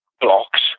blocks